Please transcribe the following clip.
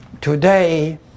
today